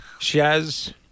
Shaz